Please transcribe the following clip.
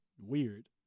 Weird